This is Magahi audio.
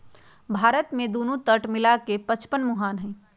भारत में दुन्नो तट मिला के पचपन मुहान हई